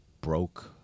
broke